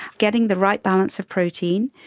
getting the right balance of protein.